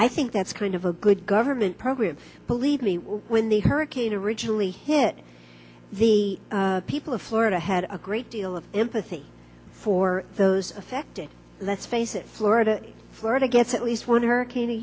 i think that's kind of a good government program believe me when the hurricane originally hit the people of florida had a great deal of sympathy for those affected let's face it florida florida gets at least one hurricane